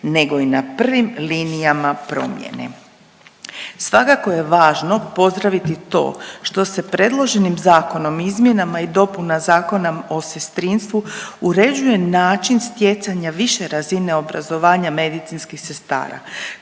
nego i na prvim linijama promjene. Svakako je važno pozdraviti to što se predloženim zakonom izmjenama i dopuna Zakona o sestrinstvu uređuje način stjecanja više razine obrazovanja medicinskih sestara,